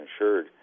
insured